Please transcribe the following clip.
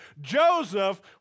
Joseph